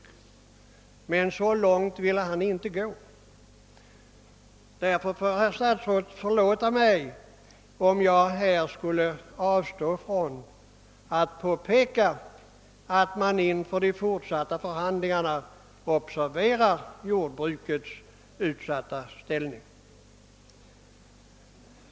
Han ville därför inte biträda inrättandet av en sådan marknad. Herr statsrådet får därför förlåta mig att jag inte kunde avstå från att här påpeka att man inför de fortsatta förhandlingarna måste observera jordbrukets utsatta ställning.